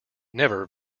never